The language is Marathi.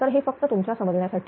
तर हे फक्त तुमच्या समजण्यासाठी